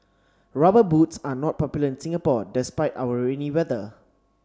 rubber boots are not popular in Singapore despite our rainy weather